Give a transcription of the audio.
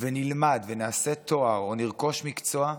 ונלמד ונעשה תואר או נרכוש מקצוע,